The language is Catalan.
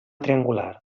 triangular